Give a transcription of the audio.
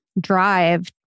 drive